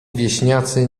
wieśniacy